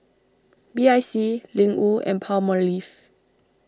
B I C Ling Wu and Palmolive